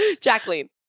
Jacqueline